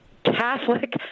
Catholic